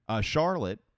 Charlotte